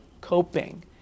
coping